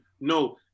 No